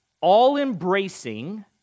all-embracing